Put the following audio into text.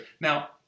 Now